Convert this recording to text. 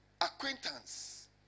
Acquaintance